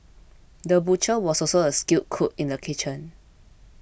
the butcher was also a skilled cook in the kitchen